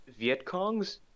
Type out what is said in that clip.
vietcongs